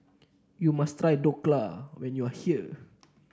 you must try Dhokla when you are here